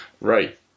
Right